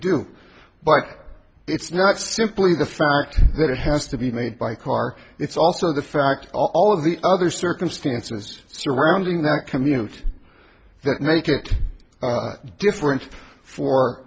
do but it's not simply the far that has to be made by car it's also the fact all of the other circumstances surrounding that commute that make it different for